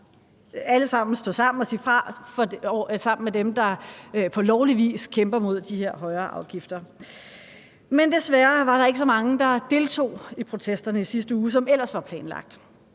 alle stå sammen og sige fra sammen med dem, der på lovlig vis kæmper mod de her højere afgifter. Men desværre var der ikke så mange, der deltog i protesterne i sidste uge, som det ellers var planlagt,